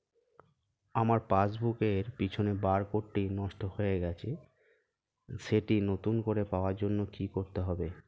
আমার পাসবুক এর পিছনে বারকোডটি নষ্ট হয়ে গেছে সেটি নতুন করে পাওয়ার জন্য কি করতে হবে?